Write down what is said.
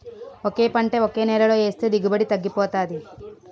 ఒకే పంట ఒకే నేలలో ఏస్తే దిగుబడి తగ్గిపోతాది